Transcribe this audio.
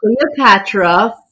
Cleopatra